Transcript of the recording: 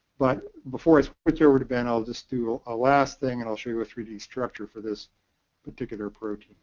but before i switch over to ben, i'll just do ah last thing, and i'll show you a three d structure for this particular approach.